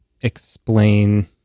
explain